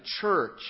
church